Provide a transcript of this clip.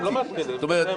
זאת אומרת,